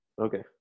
Okay